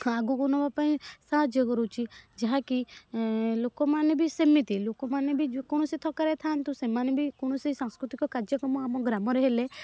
ଆଗକୁ ନେବା ପାଇଁ ସାହାଯ୍ୟ କରୁଛି ଯାହାକି ଲୋକମାନେ ବି ସେମିତି ଲୋକମାନେ ବି ଯେକୌଣସି ଥକ୍କାରେ ଥାଆନ୍ତୁ ସେମାନେ ବି କୌଣସି ସାଂସ୍କୃତିକ କାର୍ଯ୍ୟକ୍ରମ ଆମ ଗ୍ରାମରେ ହେଲେ